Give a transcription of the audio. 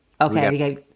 Okay